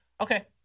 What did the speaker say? okay